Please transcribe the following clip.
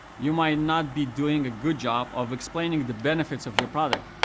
you might not be doing a good job of explaining the benefits of your product,